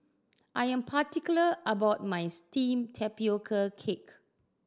I am particular about my steamed tapioca cake